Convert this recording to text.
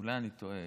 אולי אני טועה,